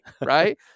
right